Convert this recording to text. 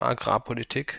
agrarpolitik